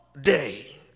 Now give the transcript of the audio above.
day